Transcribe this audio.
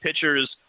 pitchers